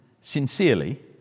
sincerely